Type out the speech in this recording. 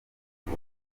uko